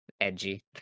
edgy